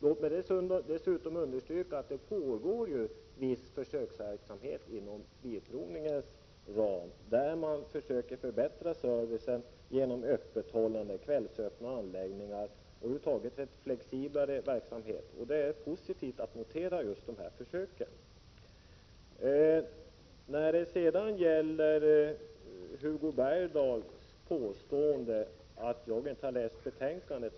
Låt mig dessutom understryka att det pågår viss försöksverksamhet inom bilprovningen. Man försöker t.ex. förbättra servicen genom kvällsöppna anläggningar och en flexiblare verksamhet, och det är positivt att notera de försöken. Hugo Bergdahl påstår att jag inte har läst betänkandet.